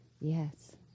yes